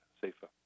safer